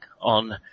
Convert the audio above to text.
on